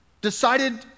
decided